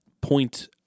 point